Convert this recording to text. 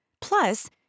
Plus